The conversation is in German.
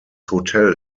hotel